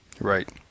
Right